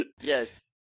yes